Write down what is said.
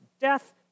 death